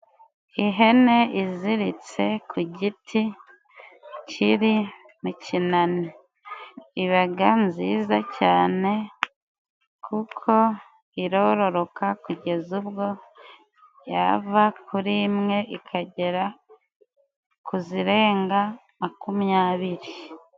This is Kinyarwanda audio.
Ihene iziritse ku giti, kiri mu kinani. Iba nziza cyane, kuko irororoka kugeza ubwo yava kuri imwe, ikagera ku zirenga makumyabiri.